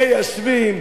מיישבים,